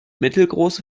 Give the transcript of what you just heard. mittelgroße